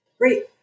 Great